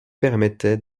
permettaient